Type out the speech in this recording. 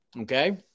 Okay